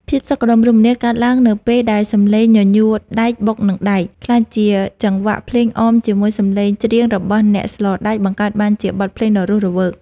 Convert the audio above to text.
ភាពសុខដុមរមនាកើតឡើងនៅពេលដែលសម្លេងញញួរដែលបុកនឹងដែក ក្លាយជាចង្វាក់ភ្លេងអមជាមួយសម្លេងច្រៀងរបស់អ្នកស្លដែក បង្កើតបានជាបទភ្លេងដ៏រស់រវើក។